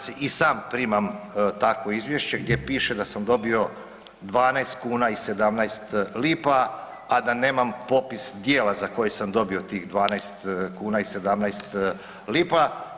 Slažem se i sam primam takvo izvješće gdje piše da sam dobio 12 kuna i 17 lipa, a da nemam popis djela za koje sam dobio tih 12 kuna i 17 lipa.